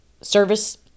service